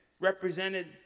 represented